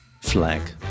Flag